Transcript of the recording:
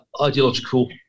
ideological